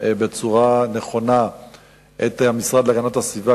בצורה נכונה את המשרד להגנת הסביבה,